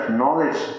knowledge